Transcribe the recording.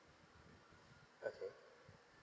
okay